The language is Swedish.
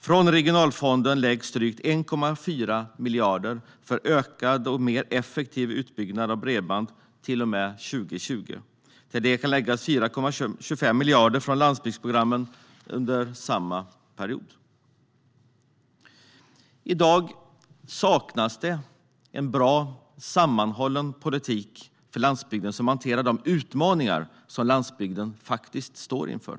Från Regionalfonden läggs drygt 1,4 miljarder för ökad och mer effektiv utbyggnad av bredband till och med 2020. Till detta kan läggas 4,25 miljarder från landsbygdsprogrammet under samma period. I dag saknas en bra sammanhållen politik för landsbygden som hanterar de utmaningar som landsbygden faktiskt står inför.